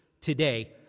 today